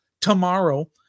tomorrow